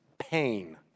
Pain